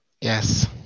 Yes